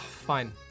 Fine